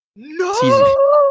No